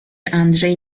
andrzej